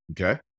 Okay